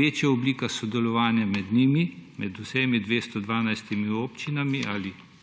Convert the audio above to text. večja oblika sodelovanja med njimi, med vsemi 212 občinami ali pač